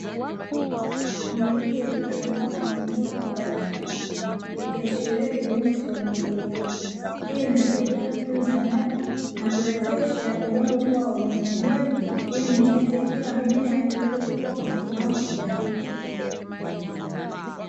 Mirija iliyosambaa kwenye eneo kubwa la shamba ikiashiria kilimo cha umwagiliaji. Hii inasaidia kutunza maji na kuwezesha udongo kuwa wa unyevuunyevu ili mizizi ya kila mmea iweze kukua kwenye kiwango stahiki.